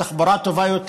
תחבורה טובה יותר,